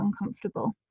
uncomfortable